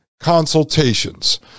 consultations